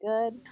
good